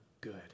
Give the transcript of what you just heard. good